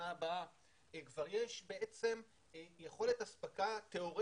כבר יש יכולת אספקה מגז